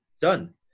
done